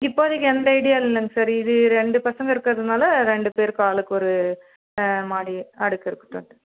இப்போதைக்கு எந்த ஐடியா இல்லைங்க சார் இது ரெண்டு பசங்க இருக்கறதுனால் ரெண்டு பேருக்கும் ஆளுக்கு ஒரு மாடி அடுக்கு இருக்கட்டுன்ட்டு